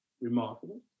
remarkable